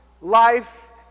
Life